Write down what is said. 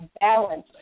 balance